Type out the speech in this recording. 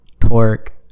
torque